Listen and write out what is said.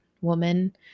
woman